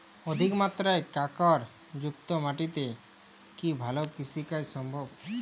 অধিকমাত্রায় কাঁকরযুক্ত মাটিতে কি ভালো কৃষিকাজ সম্ভব?